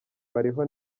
bariho